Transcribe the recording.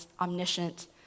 omniscient